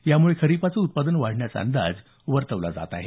यामुळे खरीपाचं उत्पादन वाढण्याचा अंदाज वर्तवला जात आहे